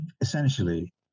essentially